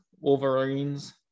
Wolverines